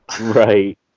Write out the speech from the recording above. Right